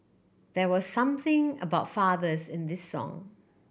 there was something about fathers in this song